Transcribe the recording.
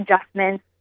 adjustments